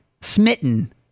smitten